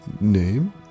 name